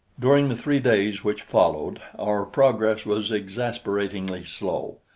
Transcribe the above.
during the three days which followed our progress was exasperatingly slow.